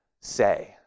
say